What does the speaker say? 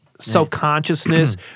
self-consciousness